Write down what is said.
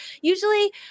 usually